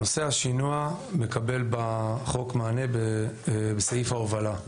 נושא השינוע מקבל בחוק מענה בסעיף ההובלה,